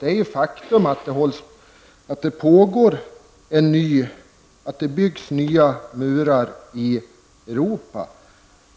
Det är faktum att det byggs nya murar i Europa.